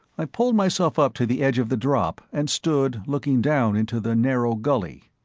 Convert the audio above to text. i pulled myself up to the edge of the drop and stood looking down into the narrow gully.